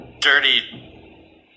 dirty